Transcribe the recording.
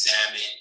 examine